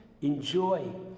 enjoy